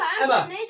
Emma